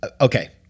Okay